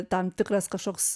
tam tikras kažkoks